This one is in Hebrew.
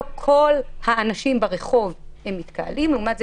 לא כל האנשים ברחוב הם מתקהלים ולעומת זאת,